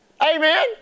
Amen